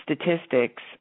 statistics